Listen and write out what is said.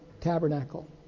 tabernacle